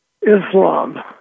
Islam